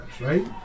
right